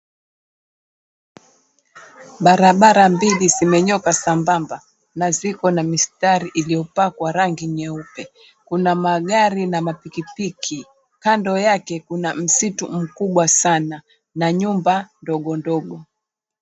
Barabara mbili zimenyoka sambamba na ziko na mistari iliyopakwa rangi 𝑛𝑦𝑒𝑢𝑝𝑒. 𝐾una magari na 𝑚𝑎𝑝𝑖𝑘𝑖𝑝𝑖𝑘𝑖. 𝐾ando yake kuna msitu mkubwa sana na nyumba ndogo ndogo.